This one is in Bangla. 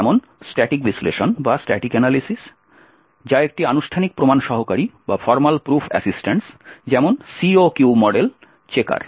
যেমন স্ট্যাটিক বিশ্লেষণ যা একটি আনুষ্ঠানিক প্রমাণ সহকারী যেমন COQ মডেল চেকার